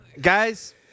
Guys